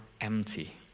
empty